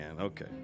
Okay